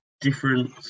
different